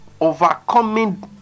overcoming